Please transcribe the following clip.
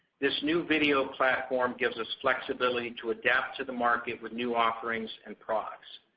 this new video platform gives us flexibility to adapt to the market with new offerings and products.